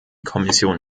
kommission